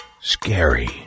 Scary